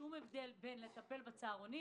בין טיפול בצהרונים